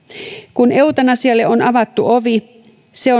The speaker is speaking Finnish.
kun eutanasialle on avattu ovi se